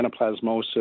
anaplasmosis